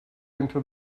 into